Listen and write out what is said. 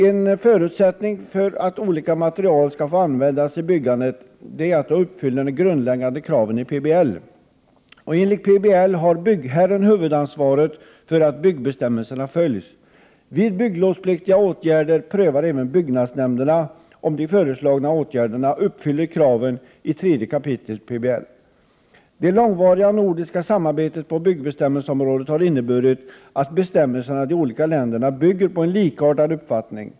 En förutsättning för att olika material skall få användas i byggandet är att materialen uppfyller de grundläggande kraven i PBL. Enligt PBL har byggherren huvudansvaret för att byggbestämmelserna följs. Vid bygglovspliktiga åtgärder prövar även byggnadsnämnderna om de föreslagna åtgärderna uppfyller kraven i 3 kap. PBL. Det nordiska samarbete som existerar sedan lång tid tillbaka på byggbestämmelseområdet har inneburit att bestämmelserna i de olika länderna bygger på en likartad uppfattning.